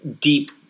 deep